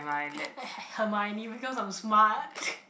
uh uh Hermoine because I'm smart